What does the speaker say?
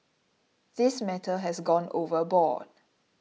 this matter has gone overboard